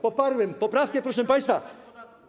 Poparłem poprawkę, proszę państwa.